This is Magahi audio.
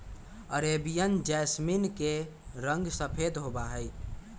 अरेबियन जैसमिन के रंग सफेद होबा हई